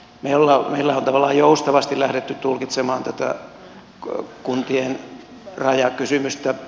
meillä on tavallaan joustavasti lähdetty tulkitsemaan tätä kuntien rajakysymystä